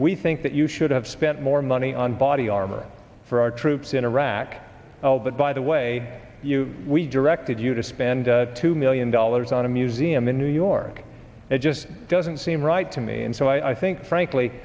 we think that you should have spent more money on body armor for our troops in iraq well that by the way you we directed you to spend two million dollars on a museum in new york it just doesn't seem right to me and so i think